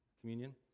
communion